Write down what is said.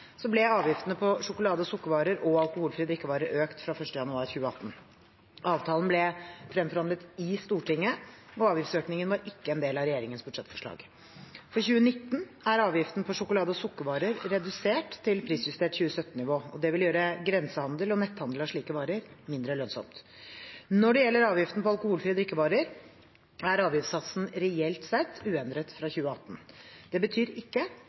ble avgiftene på sjokolade- og sukkervarer og alkoholfrie drikkevarer økt fra 1. januar 2018. Avtalen ble fremforhandlet i Stortinget, og avgiftsøkningen var ikke en del av regjeringens budsjettforslag. For 2019 er avgiften på sjokolade- og sukkervarer redusert til prisjustert 2017-nivå. Det vil gjøre grensehandel og netthandel av slike varer mindre lønnsomt. Når det gjelder avgiften på alkoholfrie drikkevarer, er avgiftssatsen reelt sett uendret fra 2018. Det betyr ikke